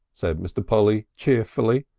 said mr polly cheerfully.